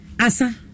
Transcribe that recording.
Asa